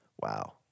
Wow